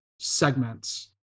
segments